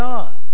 God